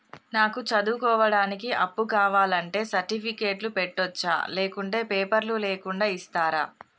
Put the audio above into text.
నాకు చదువుకోవడానికి అప్పు కావాలంటే సర్టిఫికెట్లు పెట్టొచ్చా లేకుంటే పేపర్లు లేకుండా ఇస్తరా?